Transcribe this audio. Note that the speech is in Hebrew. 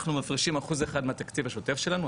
מפרישים אחוז אחד מהתקציב השוטף שלנו,